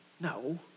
No